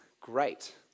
great